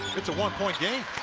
it's a one-point game.